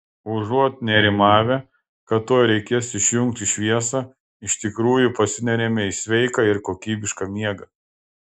užuot nerimavę kad tuoj reikės išjungti šviesą iš tikrųjų pasineriame į sveiką ir kokybišką miegą